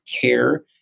care